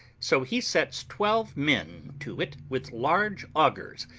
so he sets twelve men to it with large augers,